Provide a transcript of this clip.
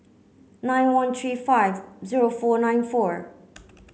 nine one three five zero four nine four